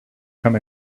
come